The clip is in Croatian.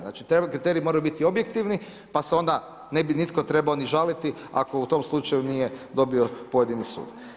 Znači, kriteriji trebaju biti objektivni, pa se onda ne bi nitko trebao ni žaliti ako u tom slučaju nije dobio pojedini sud.